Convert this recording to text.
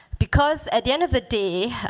because at the end of the day,